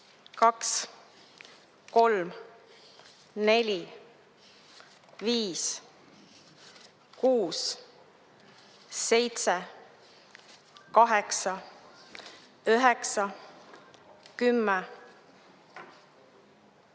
2, 3, 4, 5, 6, 7, 8, 9, 10, 11,